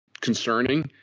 concerning